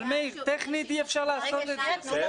אבל מאיר, טכנית אי אפשר לעשות את זה.